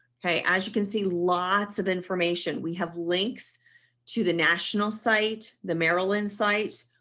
okay. as you can see lots of information we have links to the national site. the maryland site.